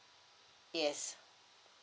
yes